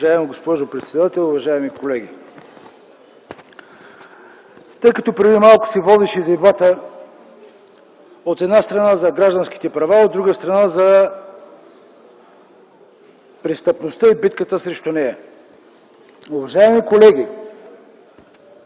Уважаема госпожо председател, уважаеми колеги, тъй като преди малко се водеше дебата, от една страна, за гражданските права, а от друга страна, за престъпността и битката срещу нея. Уважаеми колеги,